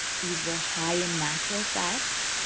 these were high in natural fats,